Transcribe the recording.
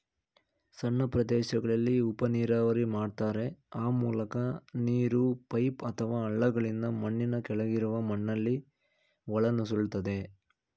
ಸಣ್ಣ ಪ್ರದೇಶಗಳಲ್ಲಿ ಉಪನೀರಾವರಿ ಮಾಡ್ತಾರೆ ಆ ಮೂಲಕ ನೀರು ಪೈಪ್ ಅಥವಾ ಹಳ್ಳಗಳಿಂದ ಮಣ್ಣಿನ ಕೆಳಗಿರುವ ಮಣ್ಣಲ್ಲಿ ಒಳನುಸುಳ್ತದೆ